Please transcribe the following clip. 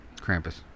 Krampus